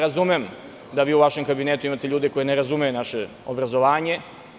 Razumem da vi u vašem kabinetu imate ljude koji ne razumeju naše obrazovanje.